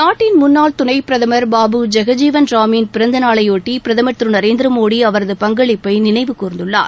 நாட்டின் முன்னாள் துணை பிரதம் பாபு ஜெகஜீவன் ராமின் பிறந்த நாளையொட்டி பிரதம் திரு நரேந்திரமோடி அவரது பங்களிப்பை நினைவு கூர்ந்துள்ளார்